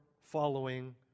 following